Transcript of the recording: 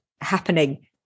happening